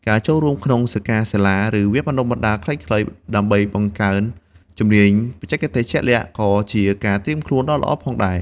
ការចូលរួមក្នុងសិក្ខាសាលា ឬវគ្គបណ្តុះបណ្តាលខ្លីៗ ដើម្បីបង្កើនជំនាញបច្ចេកទេសជាក់លាក់ ក៏ជាការត្រៀមខ្លួនដ៏ល្អផងដែរ។